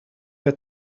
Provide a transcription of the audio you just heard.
her